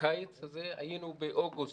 בקיץ הזה היינו, באוגוסט,